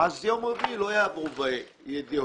ביום רביעי לא יעברו ההעברות.